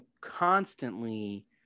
constantly